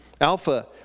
Alpha